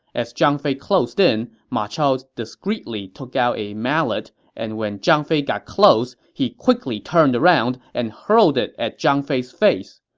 as zhang fei closed in, ma chao discreetly took out a mallet, and when zhang fei got close, he quickly turned around and hurled it at zhang fei's face.